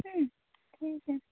ठीक आहे